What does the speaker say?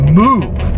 move